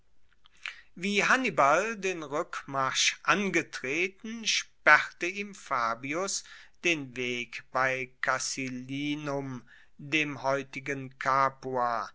wie hannibal den rueckmarsch angetreten sperrte ihm fabius den weg bei casilinum dem heutigen